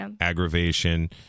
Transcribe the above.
aggravation